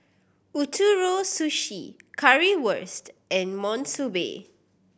Ootoro Sushi Currywurst and Monsunabe